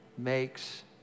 makes